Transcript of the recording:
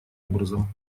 образом